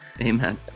Amen